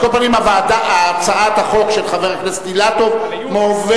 על כל פנים הצעת החוק של חבר הכנסת אילטוב מועברת